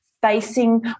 facing